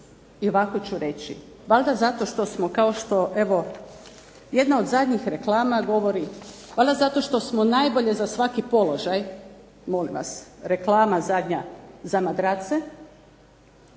I ovako ću reći, valjda zato što smo kao što jedna od zadnjih reklama govori, valjda zato što smo najbolje za svaki položaj, molim vas, reklama zadnja za madrace